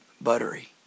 Buttery